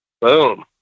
boom